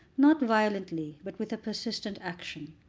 not violently, but with a persistent action.